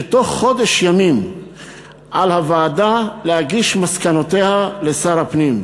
שבתוך חודש ימים על הוועדה להגיש מסקנותיה לשר הפנים,